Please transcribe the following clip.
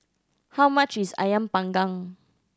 how much is Ayam Panggang